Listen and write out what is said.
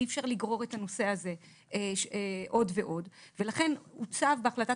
אי אפשר לגרור את הנושא הזה עוד ועוד ולכן הוצב בהחלטת